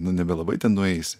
nu nebelabai ten nueisi